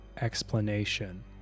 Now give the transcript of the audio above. explanation